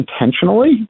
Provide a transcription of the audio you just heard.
intentionally